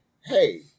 hey